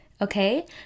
okay